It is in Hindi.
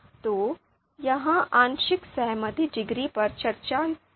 तो यह आंशिक सहमति डिग्री पर चर्चा थी